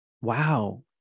Wow